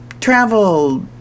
travel